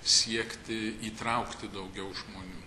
siekti įtraukti daugiau žmonių